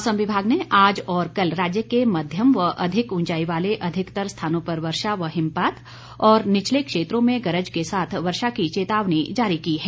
मौसम विभाग ने आज और कल राज्य के मध्यम व अधिक उंचाई वाले अधिकतर स्थानों पर वर्षा व हिमपात और निचले क्षेत्रों में गरज के साथ वर्षा की चेतावनी जारी की है